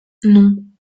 non